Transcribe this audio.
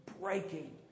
breaking